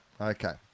Okay